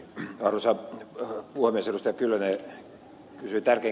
kyllönen kysyi tärkeän kysymyksen